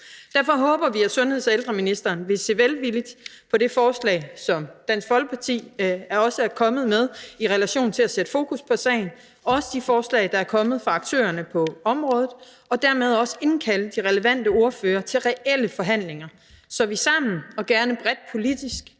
derfor, at sundheds- og ældreministeren vil se velvilligt på det forslag, som Dansk Folkeparti er kommet med, om at sætte fokus på sagen og også de forslag, der er kommet fra aktørerne på området, og dermed også indkalde de relevante ordførere til reelle forhandlinger, så vi sammen og gerne bredt politisk